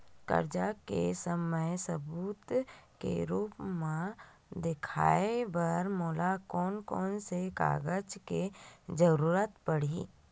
कर्जा ले के समय सबूत के रूप मा देखाय बर मोला कोन कोन से कागज के जरुरत पड़ही?